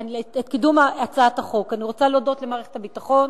אני רוצה להודות למערכת הביטחון,